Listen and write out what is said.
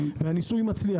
והניסוי מצליח.